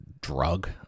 drug